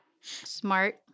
smart